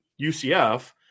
UCF